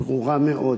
ברורה מאוד: